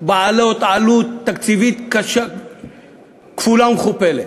בעלות תקציבית כפולה ומכופלת.